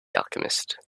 alchemist